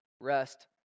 rest